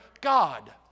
God